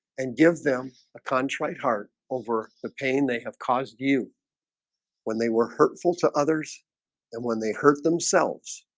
and give them contrite heart over the pain they have caused you when they were hurtful to others and when they hurt themselves